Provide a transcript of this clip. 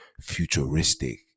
futuristic